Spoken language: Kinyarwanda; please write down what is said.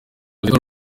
ari